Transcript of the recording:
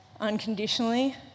unconditionally